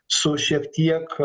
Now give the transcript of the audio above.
su šiek tiek